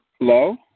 Hello